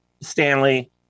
Stanley